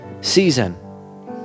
season